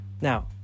Now